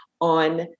on